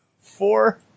four